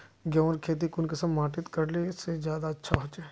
गेहूँर खेती कुंसम माटित करले से ज्यादा अच्छा हाचे?